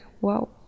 wow